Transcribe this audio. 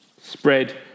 spread